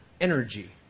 energy